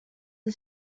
the